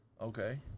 Okay